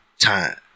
Time